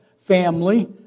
family